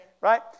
right